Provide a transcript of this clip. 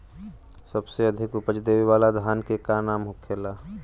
सबसे अधिक उपज देवे वाला धान के का नाम होखे ला?